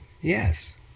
Yes